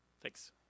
Thanks